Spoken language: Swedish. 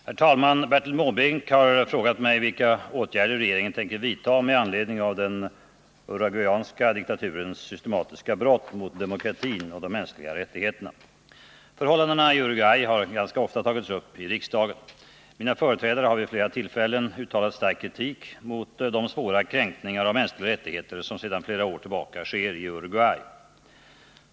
Herr talman! Bertil Måbrink har frågat mig vilka åtgärder regeringen tänker vidta med anledning av den uruguayska diktaturens systematiska brott mot demokratin och de mänskliga rättigheterna. Förhållandena i Uruguay har ganska ofta tagits upp i riksdagen. Mina företrädare har vid flera tillfällen uttalat stark kritik mot de svåra kränkningar av mänskliga rättigheter som sedan flera år tillbaka sker i Uruguay.